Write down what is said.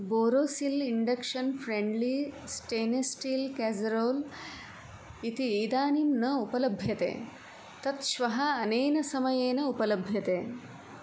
Borosil induction friendly stainless steel casserole इति इदानीं न उपलभ्यते तत् श्वः अनेन समयेन उपलभ्यते